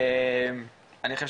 אני חושב